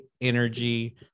energy